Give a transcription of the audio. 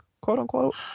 quote-unquote